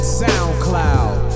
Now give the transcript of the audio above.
soundcloud